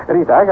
Rita